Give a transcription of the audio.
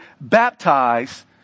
Baptize